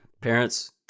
Parents